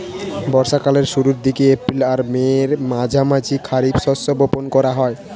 বর্ষা কালের শুরুর দিকে, এপ্রিল আর মের মাঝামাঝি খারিফ শস্য বপন করা হয়